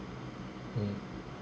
mm